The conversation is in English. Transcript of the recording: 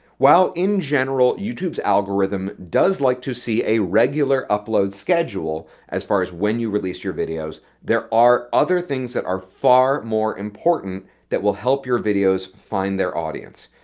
while in general, youtube's algorithm does like to see a regular like schedule as far as when you release your videos, there are other things that are far more important that will help your videos find their audience.